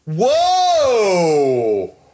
Whoa